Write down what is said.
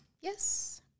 Yes